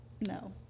No